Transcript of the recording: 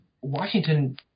Washington